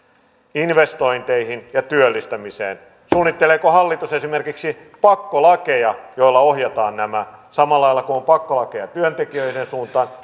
investointeihin ja työllistämiseen suunnitteleeko hallitus esimerkiksi pakkolakeja joilla ohjataan nämä samalla lailla kuin on pakkolakeja työntekijöiden suuntaan